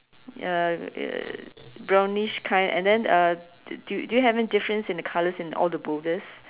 uh uh brownish kind and then uh do do you having difference in the colour in all the boulders